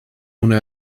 ohne